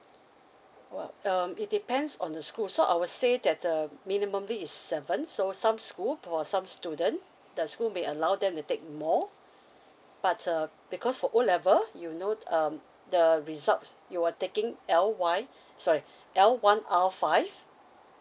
well um it depends on the school so I would say that uh minimally is seven so some school for some student the school may allow them to take more but uh because for O level you know um the results you will taking L Y sorry L one R five